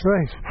Right